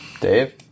Dave